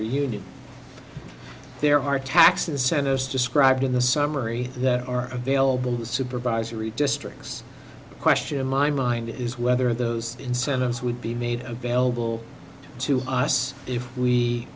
union there are tax incentives described in the summary that are available supervisory districts question in my mind is whether those incentives would be made available to us if we